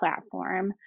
platform